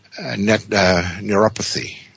neuropathy